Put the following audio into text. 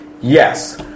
Yes